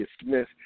Smith